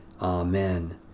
Amen